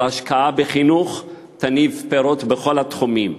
כל השקעה בחינוך תניב פירות בכל התחומים,